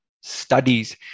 studies